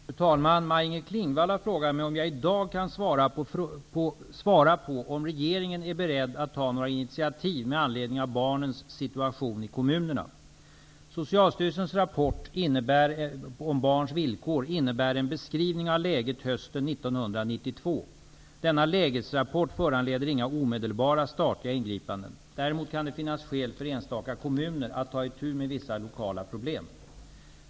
Fru talman! Maj-Inger Klingvall har frågat mig om jag i dag kan svara på om regeringen är beredd att ta några initiativ med anledning av barnens situation i kommunerna. Socialstyrelsens rapport om barns villkor innebär en beskrivning av läget hösten 1992. Denna lägesrapport föranleder inga omedelbara statliga ingripanden. Däremot kan det finnas skäl för enstaka kommuner att ta itu med vissa lokala problem.